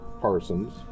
Parsons